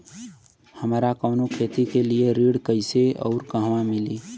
हमरा कवनो खेती के लिये ऋण कइसे अउर कहवा मिली?